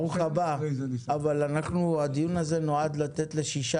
ברוך הבא אבל הדיון הזה נועד לתת אפשרות לשישה